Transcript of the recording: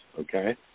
okay